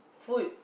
food